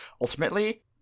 Ultimately